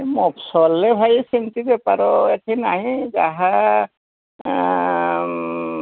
ମଫସଲରେ ଭାଇ ସେମିତି ବେପାର ଏଠି ନାହିଁ ଯାହା